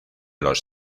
los